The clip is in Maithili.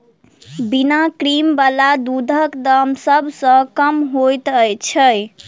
बिना क्रीम बला दूधक दाम सभ सॅ कम होइत छै